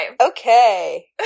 Okay